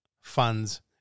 funds